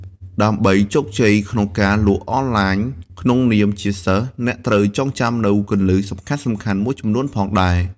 ដើម្បីជោគជ័យក្នុងការលក់អនឡាញក្នុងនាមជាសិស្ស អ្នកត្រូវចងចាំនូវគន្លឹះសំខាន់ៗមួយចំនួនផងដែរ។